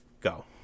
go